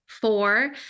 four